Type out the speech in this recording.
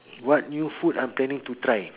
what new food I am planning to try